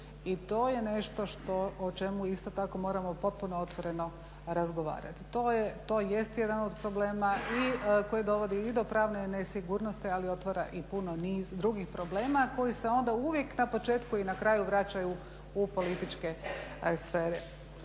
i to je nešto o čemu isto tako moramo potpuno otvoreno razgovarati. To jest jedan od problema koji dovodi i do pravne nesigurnosti, ali otvara i niz drugih problema koji se onda uvijek na početku i na kraju vraćaju u političke sfere.